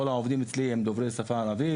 כל העובדים אצלי הם דוברי ערבית,